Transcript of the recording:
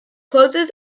closes